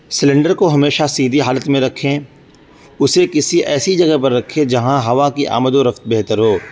cylinder کو ہمیشہ سیدھی حالت میں رکھیں اسے کسی ایسی جگہ پہ رکھیں جہاں ہوا کی آمد و رفت بہتر ہو